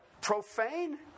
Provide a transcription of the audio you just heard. profane